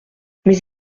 mais